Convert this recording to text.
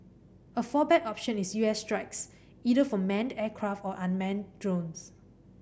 a fallback option is U S strikes either from manned aircraft or unmanned drones